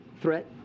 threat